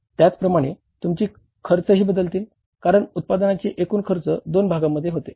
त्याचप्रमाणे तुमची खर्चही बदलतील कारण उत्पादनाचे एकूण खर्च दोन भागांमध्ये होते